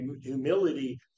humility